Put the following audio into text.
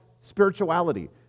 spirituality